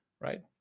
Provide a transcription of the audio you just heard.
right